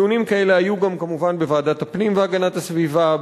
דיונים כאלה היו גם כמובן בוועדת הפנים והגנת הסביבה,